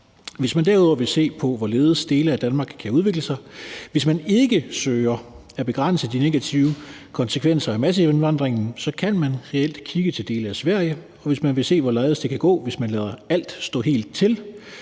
Hvis man derudover vil se på, hvorledes dele af Danmark kan udvikle sig, hvis man ikke søger at begrænse de negative konsekvenser af masseindvandringen, kan man reelt kigge til dele af Sverige. Og hvis man vil se, hvorledes det kan gå, hvis man lader alt stå helt til,